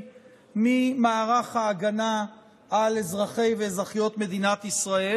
ממערך ההגנה על אזרחי ואזרחיות מדינת ישראל,